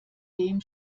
dem